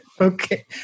Okay